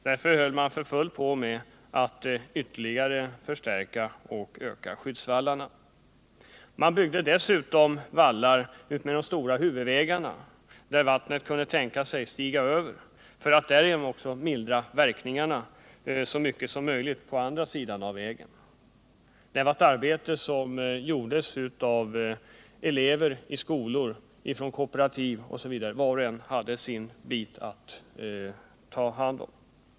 Därför höll man för fullt på med att ytterligare förstärka och öka skyddsvallarna. Man byggde dessutom vallar utmed de stora huvudvägarna där vattnet kunde tänkas svämma över, för att därigenom mildra verkningarna så mycket som möjligt på andra sidan av vägen. Det var ett arbete som gjordes av elever i skolor, från kooperativ osv. Var och en hade sin bit att ta hand om.